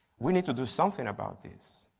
we need to do something about this.